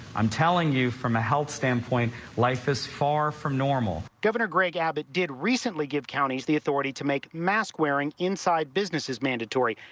i'm telling you from a health standpoint life is far from normal governor greg abbott did recently give counties the authority to make mask-wearing inside business is mandatory.